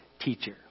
teacher